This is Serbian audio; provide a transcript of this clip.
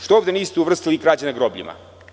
Što ovde niste uvrstili i krađe na grobljima?